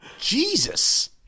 Jesus